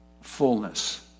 fullness